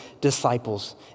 disciples